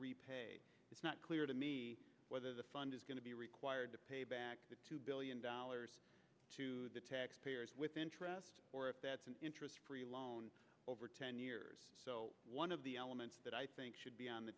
repay it's not clear to me whether the fund is going to be required to pay back the two billion dollars to the taxpayer with interest or if that's an interest free loan over ten years one of the elements that i think should be on the